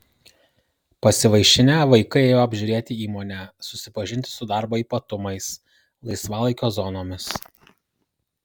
pasivaišinę vaikai ėjo apžiūrėti įmonę susipažinti su darbo ypatumais laisvalaikio zonomis